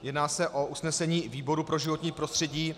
Jedná se o usnesení výboru pro životní prostředí....